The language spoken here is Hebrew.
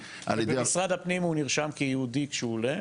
--- במשרד הפנים הוא נרשם כיהודי כשהוא עולה,